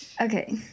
okay